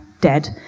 dead